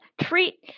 treat